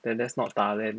then that's not 打 LAN